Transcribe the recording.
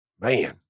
Man